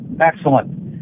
excellent